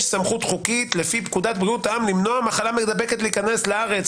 יש סמכות חוקית לפי פקודת בריאות העם למנוע מחלה מידבקת להיכנס לארץ.